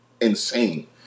insane